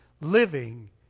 living